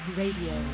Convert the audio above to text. radio